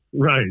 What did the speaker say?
Right